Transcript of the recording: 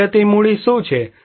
કુદરતી મૂડી શું છે